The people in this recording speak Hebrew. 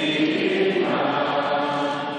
(שירת "התקווה")